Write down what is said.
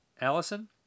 Allison